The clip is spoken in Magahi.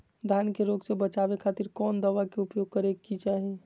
धान के रोग से बचावे खातिर कौन दवा के उपयोग करें कि चाहे?